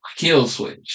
Killswitch